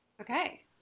Okay